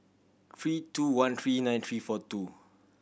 three two one three nine three four two